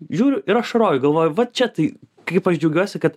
žiūriu ir ašaroju galvoju va čia tai kaip aš džiaugiuosi kad